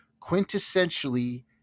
quintessentially